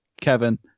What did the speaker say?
Kevin